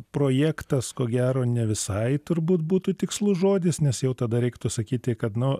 projektas ko gero ne visai turbūt būtų tikslus žodis nes jau tada reiktų sakyti kad nu